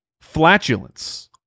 flatulence